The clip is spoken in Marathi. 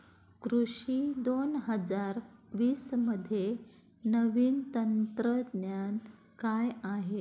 कृषी दोन हजार वीसमध्ये नवीन तंत्रज्ञान काय आहे?